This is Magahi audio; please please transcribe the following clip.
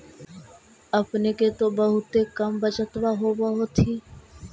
अपने के तो बहुते कम बचतबा होब होथिं?